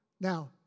Now